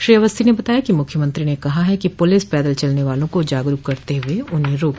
श्री अवस्थी ने बताया कि मुख्यमंत्रो ने कहा है कि पुलिस पैदल चलने वालों को जागरूक करते हुए उन्हें रोके